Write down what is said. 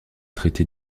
traité